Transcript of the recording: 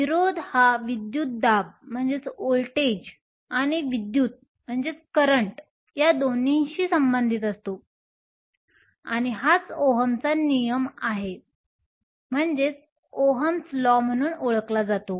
विरोध हा विद्युतदाब आणि विद्युत दोन्हीशी संबंधित असतो आणि हाच ओहमचा नियम Ohm's law म्हणून ओळखला जातो